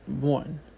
one